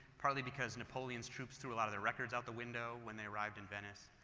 partly because napoleon troops threw a lot of their records out the window when they arrived in venice.